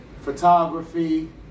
photography